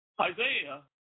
Isaiah